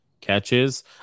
catches